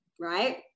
right